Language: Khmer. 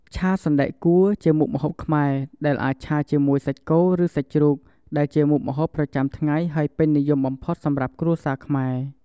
ឆាសណ្តែកគួរ ជាមុខម្ហូបខ្មែរ ដែលអាចឆាជាមួយសាច់គោឬសាច់ជ្រូក ដែលជាមុខម្ហូបប្រចាំថ្ងៃហើយពេញនិយមបំផុតសម្រាប់គ្រួសារខ្មែរ។